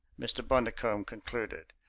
mr. bundercombe concluded.